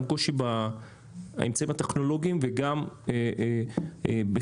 גם קושי באמצעים הטכנולוגיים וגם בכלל